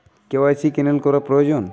KYC cancel করা প্রয়োজন?